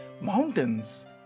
mountains